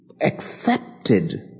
accepted